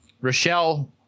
Rochelle